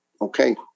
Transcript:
okay